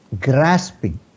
grasping